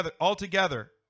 altogether